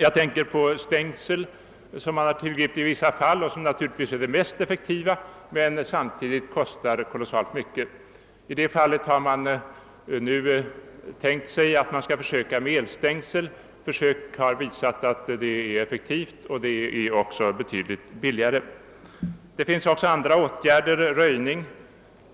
Jag tänker också på höga stängsel, som har använts i vissa fall och är det mest effektiva men samtidigt kostar kolossalt mycket. Dessutom har man bl.a. tänkt använda elstängsel. Försök har visat att dessa är mycket effektiva och dessutom betydligt billigare än vanliga stängsel. Även andra åtgärder kan vidtagas, t.ex. röjning